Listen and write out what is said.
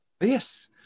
Yes